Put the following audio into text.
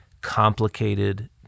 complicated